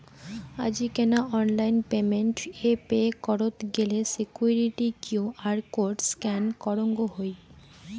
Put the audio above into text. আজিকেনা online payment এ pay করত গেলে সিকুইরিটি কিউ.আর কোড স্ক্যান করঙ হই